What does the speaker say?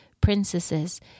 princesses